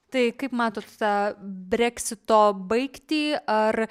tai kaip matot tą breksito baigtį ar